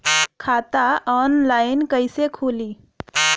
खाता ऑनलाइन कइसे खुली?